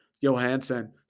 Johansson